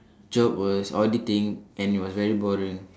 job was auditing and it was very boring